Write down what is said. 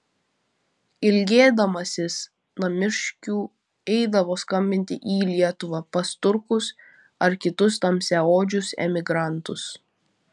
ilgėdamasis namiškių eidavo skambinti į lietuvą pas turkus ar kitus tamsiaodžius emigrantus